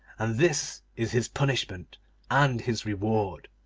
and this is his punishment and his reward